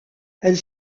elle